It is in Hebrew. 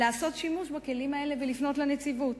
לעשות שימוש בכלים האלה ולפנות לנציבות.